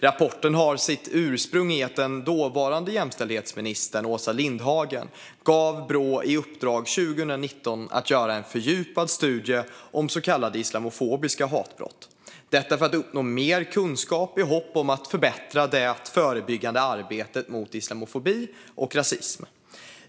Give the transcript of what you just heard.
Rapporten har sitt ursprung i att den dåvarande jämställdhetsministern Åsa Lindhagen 2019 gav Brå i uppdrag att göra en fördjupad studie om så kallade islamofobiska hatbrott, detta för att uppnå mer kunskap i hopp om att förbättra det förebyggande arbetet mot islamofobi och rasism.